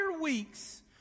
weeks